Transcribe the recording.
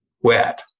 wet